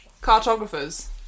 cartographers